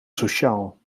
sociaal